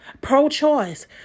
Pro-choice